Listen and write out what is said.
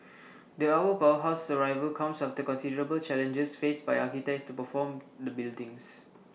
the our powerhouse's arrival comes after considerable challenges faced by architects to perform the buildings